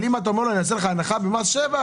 אם אתה אומר שתיתן לו הנחה במס שבח,